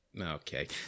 Okay